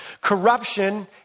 Corruption